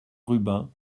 rubin